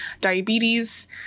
diabetes